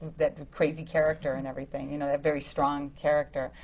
that crazy character and everything, you know, that very strong character.